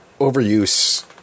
overuse